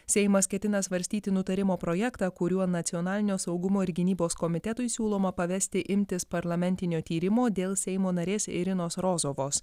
seimas ketina svarstyti nutarimo projektą kuriuo nacionalinio saugumo ir gynybos komitetui siūloma pavesti imtis parlamentinio tyrimo dėl seimo narės irinos rozovos